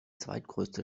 zweitgrößte